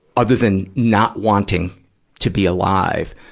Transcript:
other than not wanting to be alive,